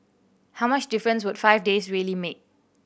how much difference would five days really make